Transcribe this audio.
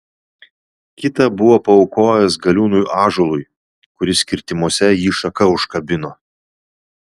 kitą buvo paaukojęs galiūnui ąžuolui kuris kirtimuose jį šaka užkabino